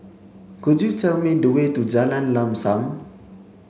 could you tell me the way to Jalan Lam Sam